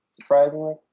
surprisingly